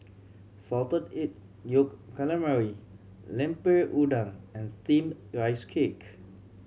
Salted Egg Yolk Calamari Lemper Udang and Steamed Rice Cake